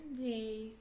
Hey